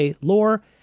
lore